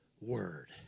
word